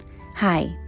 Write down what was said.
Hi